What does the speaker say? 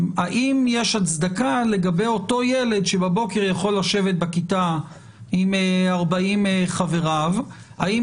האם לגבי אותו ילד שבבוקר יכול לשבת בכיתה עם 40 חבריו יש